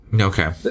Okay